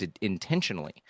intentionally